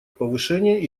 повышение